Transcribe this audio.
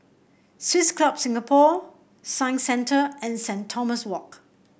Swiss Club Singapore Science Centre and Saint Thomas Walk